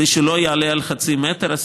כדי שלא יעלה על חצי מטר.